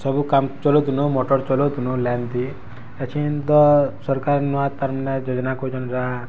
ସବୁ କାମ୍ ଚଲଉଥିଲୁ ମଟର୍ ଚଲଉଥିଲୁ ଲାଇନ୍ ଥି ସରକାର୍ ନୂଆ ତାର୍ ମାନେ ଯୋଜନା କରିଛନ୍ତି ଯାହା